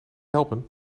helpen